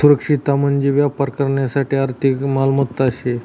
सुरक्षितता म्हंजी व्यापार करानासाठे आर्थिक मालमत्ता शे